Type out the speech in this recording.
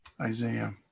Isaiah